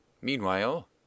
meanwhile